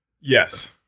Yes